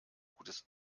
gutes